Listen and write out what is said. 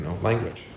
language